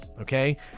okay